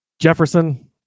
jefferson